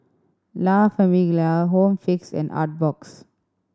La Famiglia Home Fix and Artbox